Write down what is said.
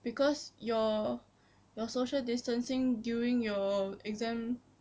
because you're you're social distancing during your exam